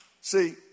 See